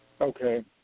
Okay